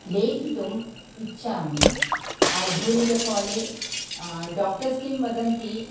लेखितुम् इच्छामि आधुनिककाले डाक्टर्स् किं वदन्ति